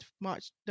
March